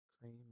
Cream